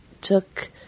took